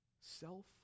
Self